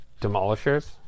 demolishers